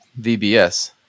VBS